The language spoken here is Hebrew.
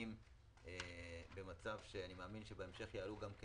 נמצאים במצב שאני מאמין שבהמשך יעלו גם כן